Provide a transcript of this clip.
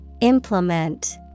Implement